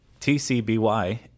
TCBY